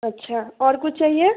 अच्छा और कुछ चाहिए